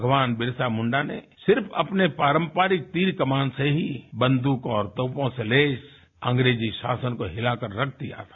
भगवान बिरसा मुंडा ने सिर्फ अपने पारंपरिक तीर कमान से ही बन्द्रक और तोपों से लैस अंग्रेजी शासन को हिलाकर रख दिया था